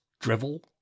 drivel